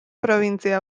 probintzia